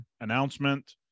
announcement